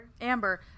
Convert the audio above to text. Amber